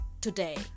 today